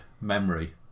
memory